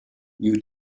you